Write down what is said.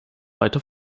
weiter